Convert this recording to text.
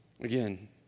Again